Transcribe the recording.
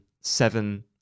seven